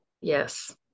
Yes